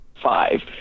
five